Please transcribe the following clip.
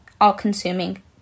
all-consuming